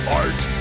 art